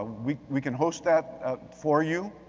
ah we we can host that for you,